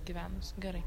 gyvenus gerai